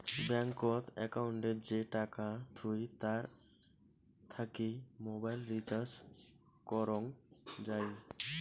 ব্যাঙ্কত একউন্টে যে টাকা থুই তার থাকি মোবাইল রিচার্জ করং যাই